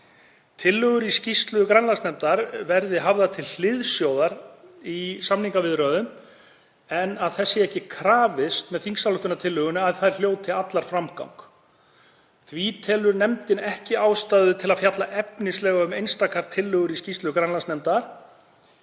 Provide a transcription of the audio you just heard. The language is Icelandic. Tillögur í skýrslu Grænlandsnefndar verði hafðar til hliðsjónar í samningaviðræðunum en þess sé ekki krafist með þingsályktunartillögunni að þær hljóti allar framgang. Því telur nefndin ekki ástæðu til að fjalla efnislega um einstakar tillögur í skýrslu Grænlandsnefndar